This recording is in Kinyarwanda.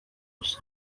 gusa